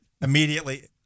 immediately